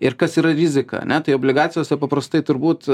ir kas yra rizika ane tai obligacijose paprastai turbūt